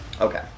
Okay